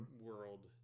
world